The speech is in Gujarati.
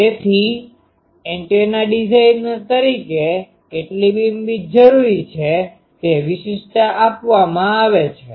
તેથી એન્ટેના ડિઝાઇનર તરીકે કેટલી બીમવિડ્થ જરૂરી છે તે વિશિષ્ટતા આપવામાં આવે છે